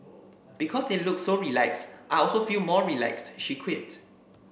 because they look so relaxed I also feel more relaxed she quipped